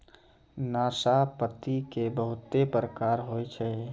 नाशपाती के बहुत प्रकार होय छै